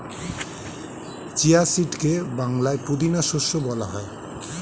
chia সিডকে বাংলায় পুদিনা শস্য বলা হয়